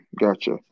gotcha